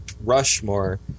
Rushmore